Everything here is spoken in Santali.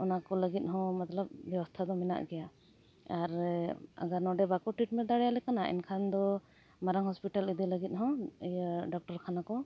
ᱚᱱᱟ ᱠᱚ ᱞᱟᱹᱜᱤᱫ ᱦᱚᱸ ᱢᱚᱛᱞᱚᱵ ᱵᱮᱵᱚᱥᱛᱷᱟ ᱫᱚ ᱢᱮᱱᱟᱜ ᱜᱮᱭᱟ ᱟᱨ ᱟᱜᱚᱨ ᱱᱚᱰᱮ ᱵᱟᱠᱚ ᱴᱤᱴᱢᱮᱱᱴ ᱫᱟᱲᱮᱭᱟᱞᱮ ᱠᱟᱱᱟ ᱮᱱᱠᱷᱟᱱ ᱫᱚ ᱢᱟᱨᱟᱝ ᱦᱚᱥᱯᱤᱴᱟᱞ ᱤᱫᱤ ᱞᱟᱹᱜᱤᱫ ᱦᱚᱸ ᱤᱭᱟᱹ ᱰᱚᱠᱴᱚᱨ ᱠᱷᱟᱱᱟ ᱠᱚ